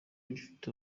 gifite